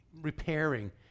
repairing